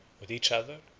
with each other,